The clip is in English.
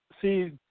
See